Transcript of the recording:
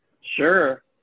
Sure